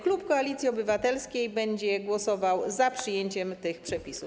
Klub Koalicji Obywatelskiej będzie głosował za przyjęciem tych przepisów.